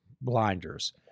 blinders